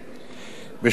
בשם ועדת החוקה,